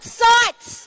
sites